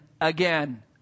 again